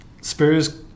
Spurs